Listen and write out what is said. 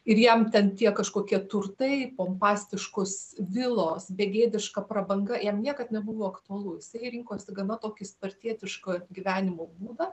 ir jam ten tie kažkokie turtai pompastiškos vilos begėdiška prabanga jam niekad nebuvo aktualu jisai rinkosi gana tokį spartietiško gyvenimo būdą